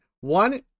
One